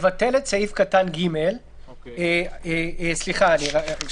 אני רק רוצה